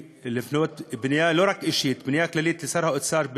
לפנות לא רק אישית אלא בפנייה כללית אל שר האוצר,